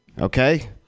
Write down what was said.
Okay